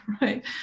right